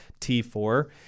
T4